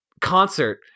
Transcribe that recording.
concert